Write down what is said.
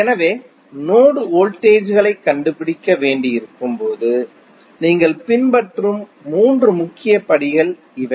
எனவே node voltage களைக் கண்டுபிடிக்க வேண்டியிருக்கும் போது நீங்கள் பின்பற்றும் மூன்று முக்கிய படிகள் இவை